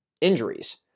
Injuries